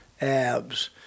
abs